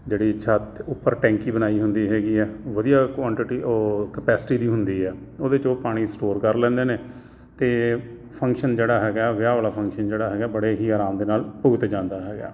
ਜਿਹੜੀ ਛੱਤ ਉੱਪਰ ਟੈਂਕੀ ਬਣਾਈ ਹੁੰਦੀ ਹੈਗੀ ਆ ਵਧੀਆ ਕੁਆਂਟਿਟੀ ਉਹ ਕਪੈਸਿਟੀ ਦੀ ਹੁੰਦੀ ਆ ਉਹਦੇ 'ਚ ਉਹ ਪਾਣੀ ਸਟੋਰ ਕਰ ਲੈਂਦੇ ਨੇ ਅਤੇ ਫੰਕਸ਼ਨ ਜਿਹੜਾ ਹੈਗਾ ਵਿਆਹ ਵਾਲਾ ਫੰਕਸ਼ਨ ਜਿਹੜਾ ਹੈਗਾ ਬੜੇ ਹੀ ਆਰਾਮ ਦੇ ਨਾਲ ਭੁਗਤ ਜਾਂਦਾ ਹੈਗਾ